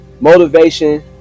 Motivation